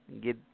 get